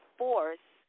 force